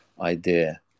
idea